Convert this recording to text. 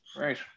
right